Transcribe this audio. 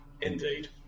Indeed